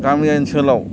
गामि ओनसोलाव